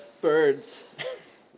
Birds